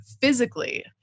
physically